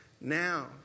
now